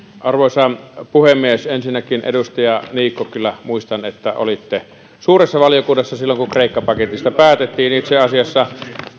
arvoisa puhemies ensinnäkin edustaja niikko kyllä muistan että olitte suuressa valiokunnassa silloin kun kreikka paketista päätettiin itse asiassa